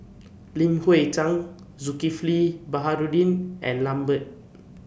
Li Hui Cheng Zulkifli Baharudin and Lambert